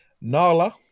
Nala